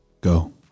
go